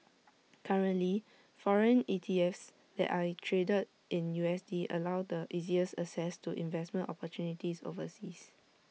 currently foreign ETFs that are traded in U S D allow the easiest access to investment opportunities overseas